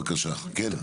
בבקשה, כן.